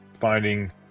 Finding